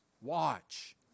watch